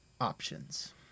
options